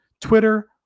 Twitter